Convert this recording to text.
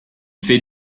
fait